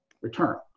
return